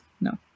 No